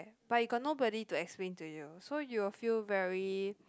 but you got nobody to explain to you so you will feel very